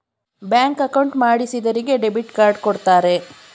bank account ಮಾಡಿಸಿದರಿಗೆ debit card ಕೊಡ್ತಾರೆ